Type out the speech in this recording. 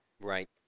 Right